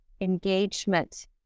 engagement